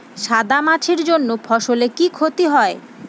সাদা মাছির জন্য ফসলের কি ক্ষতি হয়?